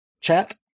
chat